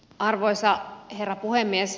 arvoisa herra puhemies